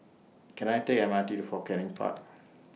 Can I Take The M R T to Fort Canning Park